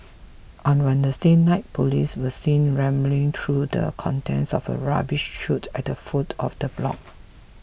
on Wednesday night police were seen rummaging through the contents of a rubbish chute at the foot of the block